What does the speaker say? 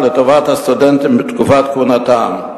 לטובת הסטודנטים בתקופת כהונתם.